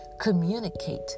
communicate